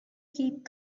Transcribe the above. keep